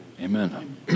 Amen